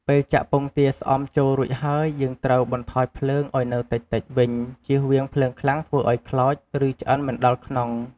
ពេលចាក់ពងទាស្អំចូលរួចហើយ យើងត្រូវបន្ថយភ្លើងឱ្យនៅតិចៗវិញ ជៀសវាងភ្លើងខ្លាំងធ្វើឱ្យខ្លោច ឬ ឆ្អិនមិនដល់ក្នុង។